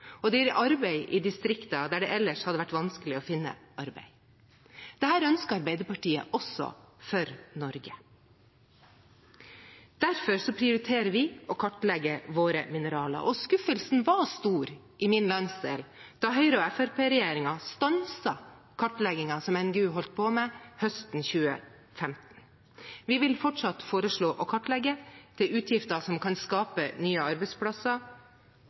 og det gir arbeid i distrikter der det ellers hadde vært vanskelig å finne arbeid. Dette ønsker Arbeiderpartiet også for Norge. Derfor prioriterer vi å kartlegge våre mineraler, og skuffelsen var stor i min landsdel da Høyre–Fremskrittsparti-regjeringen stanset kartleggingen som NGU holdt på med høsten 2015. Vi vil fortsatt foreslå å kartlegge. Det er utgifter som kan skape nye arbeidsplasser